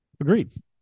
Agreed